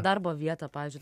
darbo vietą pavyzdžiui